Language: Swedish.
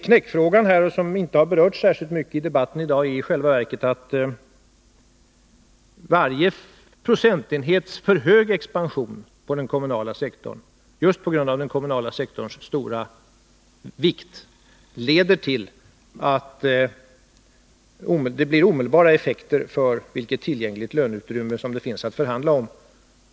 Knäckfrågan, som inte har berörts särskilt mycket i dagens debatt, är i själva verket att varje procentenhet för hög expansion på den kommunala sektorn, just på grund av denna sektors stora vikt, leder till att det blir omedelbara effekter när det gäller det tillgängliga löneutrymmet att förhandla om.